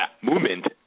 movement